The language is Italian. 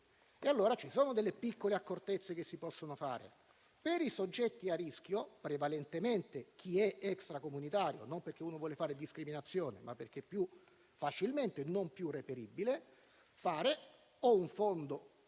ci sono delle piccole accortezze che si possono adottare: per i soggetti a rischio, prevalentemente chi è extracomunitario (non perché uno voglia fare discriminazione, ma perché è più facilmente non più reperibile), fare un fondo